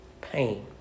pain